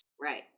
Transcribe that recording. Right